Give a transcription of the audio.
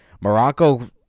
Morocco